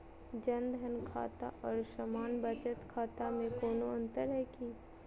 जन धन खाता और सामान्य बचत खाता में कोनो अंतर है की?